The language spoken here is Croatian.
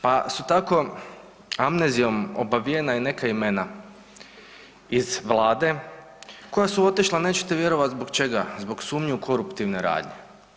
Pa su tako amnezijom obavijena i neka imena iz Vlade koja su otišla neće vjerovati zbog čega, zbog sumnje u koruptivne radnje.